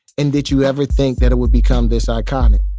and did you ever think that it would become this iconic?